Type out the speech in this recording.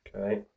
okay